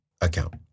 account